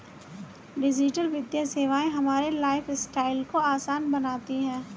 digital वित्तीय सेवाएं हमारे लाइफस्टाइल को आसान बनाती हैं